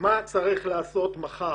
מה צריך לעשות מחר: